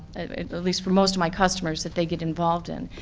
at least for most of my customers, that they get involved in.